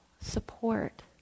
support